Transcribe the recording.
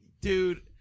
dude